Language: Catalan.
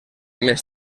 més